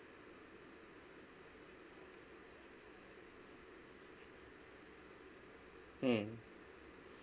mm